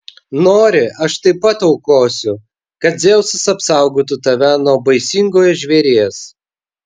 nori aš taip pat aukosiu kad dzeusas apsaugotų tave nuo baisingojo žvėries